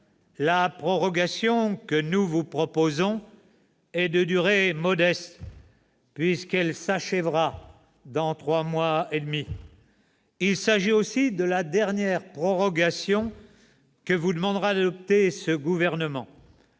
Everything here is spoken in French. la prorogation que nous vous proposons est de durée modeste, puisqu'elle s'achèvera dans trois mois et demi. Il s'agit aussi de la dernière prorogation que ce gouvernement